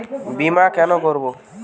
বিমা কেন করব?